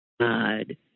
God